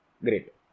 Great